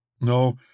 No